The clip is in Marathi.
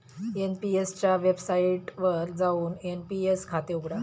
एन.पी.एस च्या वेबसाइटवर जाऊन एन.पी.एस खाते उघडा